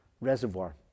reservoir